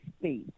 space